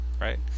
right